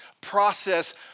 process